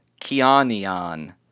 kianian